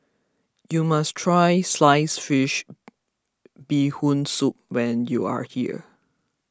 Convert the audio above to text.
you must try Sliced Fish Bee Hoon Soup when you are here